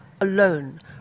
alone